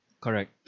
correct